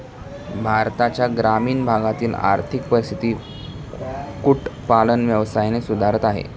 भारताच्या ग्रामीण भागातील आर्थिक परिस्थिती कुक्कुट पालन व्यवसायाने सुधारत आहे